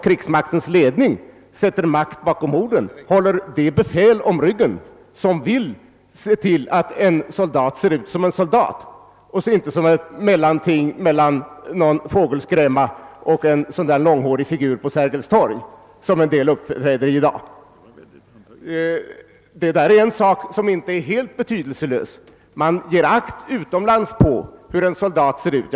Krigsmaktens ledning bör sätta makt bakom orden och hålla det befäl om ryggen som vill se till att en soldat ser ut som en soldat och inte som ett mellanting mellan en fågelskrämma och en sådan där långhårig figur på Sergels torg, som en del gör i dag. Den saken är inte helt betydelselös. Man ger utomlands akt på hur en soldat ser ut.